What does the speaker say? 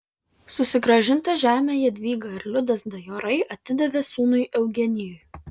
susigrąžintą žemę jadvyga ir liudas dajorai atidavė sūnui eugenijui